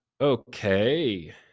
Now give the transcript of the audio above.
Okay